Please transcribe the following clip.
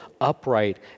upright